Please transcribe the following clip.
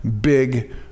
big